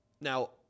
Now